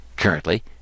Currently